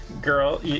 Girl